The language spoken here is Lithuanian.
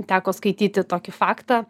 teko skaityti tokį faktą